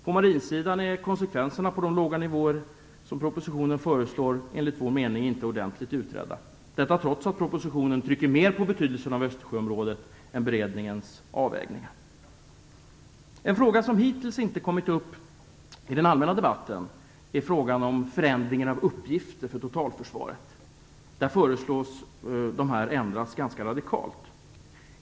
På marinsidan är konsekvenserna av de låga nivåer som föreslås i propositionen enligt vår mening inte ordentligt utredda - detta trots att man i propositionen trycker mer på betydelsen av Östersjöområdet än vad som görs i beredningens avvägningar. En fråga som hittills inte kommit upp i den allmänna debatten är frågan om förändring av uppgifter för totalförsvaret. De föreslås ändras ganska radikalt.